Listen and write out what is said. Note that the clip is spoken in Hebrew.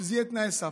שזה יהיה תנאי סף.